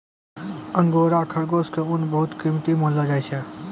angora खरगोश के ऊन बहुत कीमती मानलो जाय छै